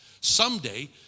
someday